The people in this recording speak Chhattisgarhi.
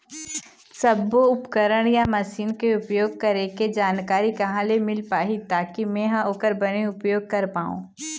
सब्बो उपकरण या मशीन के उपयोग करें के जानकारी कहा ले मील पाही ताकि मे हा ओकर बने उपयोग कर पाओ?